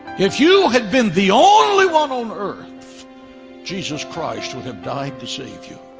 if you had been the only one on earth jesus christ would have died to save you.